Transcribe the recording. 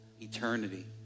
eternity